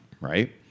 right